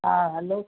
हा हलो